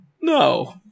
no